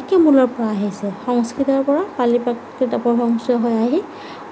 একে মূলৰ পৰা আহিছে সংস্কৃতৰ পৰা পালি প্ৰাকৃত অপভ্ৰংশ হৈ আহি